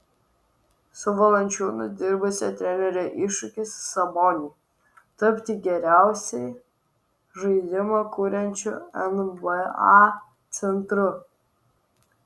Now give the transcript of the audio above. su valančiūnu dirbusio trenerio iššūkis saboniui tapti geriausiai žaidimą kuriančiu nba centru